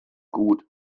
gut